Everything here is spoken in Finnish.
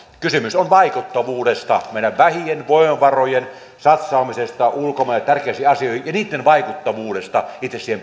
kysymys on vaikuttavuudesta meidän vähien voimavarojemme satsaamisesta ulkomaille tärkeisiin asioihin ja niitten vaikuttavuudesta siihen itse